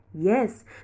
Yes